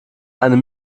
einem